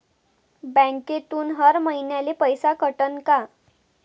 बँकेतून हर महिन्याले पैसा कटन का?